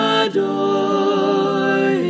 adore